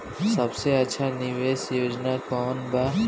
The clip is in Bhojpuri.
सबसे अच्छा निवेस योजना कोवन बा?